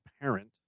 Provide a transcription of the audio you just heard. parent